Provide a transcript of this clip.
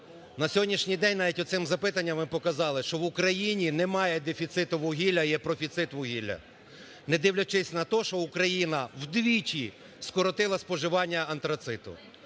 на сьогоднішній день навіть оцим запитанням ви показали, що в Україні немає дефіциту вугілля, є профіцит вугілля, не дивлячись на то, що Україна вдвічі скоротила споживання антрациту.